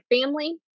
family